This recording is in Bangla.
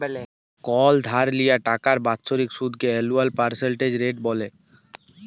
কল ধার লিয়া টাকার বাৎসরিক সুদকে এলুয়াল পার্সেলটেজ রেট ব্যলে